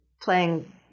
playing